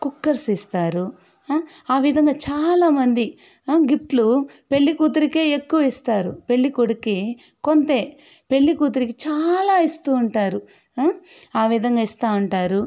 cookers ఇస్తారు ఆ విధంగా చాలామంది గిఫ్ట్లు పెళ్ళికూతురికే ఎక్కువ ఇస్తారు పెళ్ళికొడుకుకి కొంతే పెళ్ళికూతురికి చాలా ఇస్తూ ఉంటారు ఆ విధంగా ఇస్తూ ఉంటారు